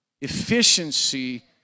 efficiency